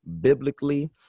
biblically